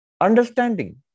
Understanding